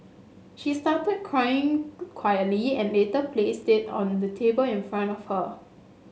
she started crying quietly and later placed it on the table in front of her